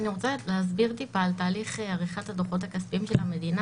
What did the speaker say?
אני רוצה להסביר מעט על תהליך עריכת הדוחות הכספיים של המדינה